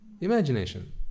Imagination